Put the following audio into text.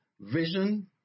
vision